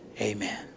Amen